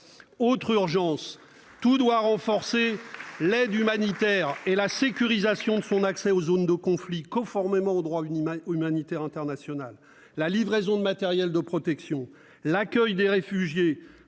Autre urgence : tout doit être fait pour renforcer l'aide humanitaire et sécuriser son accès aux zones de conflit, conformément au droit humanitaire international, avec la livraison de matériel de protection, l'accueil des réfugiés